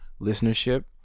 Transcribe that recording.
listenership